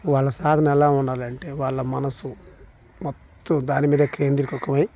వాళ్ళ సాధన ఎలా ఉండాలి అంటే వాళ్ళ మనసు మొత్తం దానిమీదే కేంద్రీకృతమై